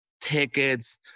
tickets